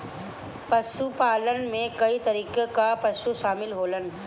पशुपालन में कई तरीके कअ पशु शामिल होलन